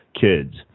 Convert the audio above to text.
kids